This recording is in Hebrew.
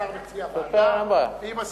השר מציע ועדה, והיא מסכימה.